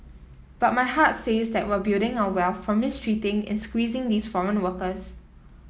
but my heart says that we're building our wealth from mistreating and squeezing these foreign workers